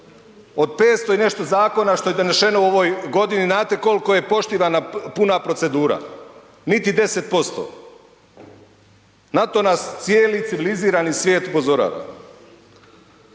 Od 500 i nešto zakona što je donešeno u ovoj godini znate li koliko je poštivana puna procedura? Niti 10%. Na to nas cijeli civilizirani svijet upozorava.